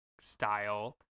style